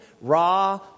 raw